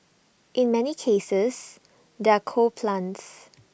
in many cases they're coal plants